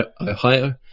Ohio